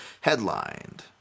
headlined